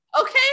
Okay